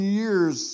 years